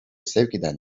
sevkeden